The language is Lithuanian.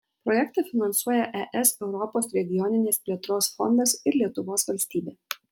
projektą finansuoja es europos regioninės plėtros fondas ir lietuvos valstybė